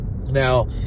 Now